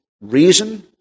reason